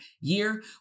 year